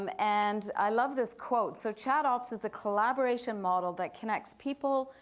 um and i love this quote. so chatops is a collaboration model that connects people,